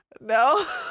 No